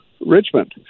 Richmond